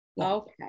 okay